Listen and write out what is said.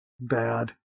Bad